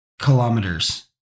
Kilometers